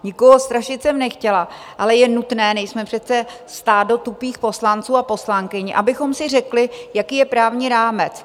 Nikoho jsem strašit nechtěla, ale je nutné nejsme přece stádo tupých poslanců a poslankyň abychom si řekli, jaký je právní rámec.